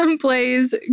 plays